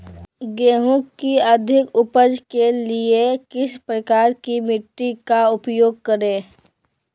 गेंहू की अधिक उपज के लिए किस प्रकार की मिट्टी का उपयोग करे?